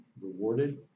rewarded